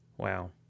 Wow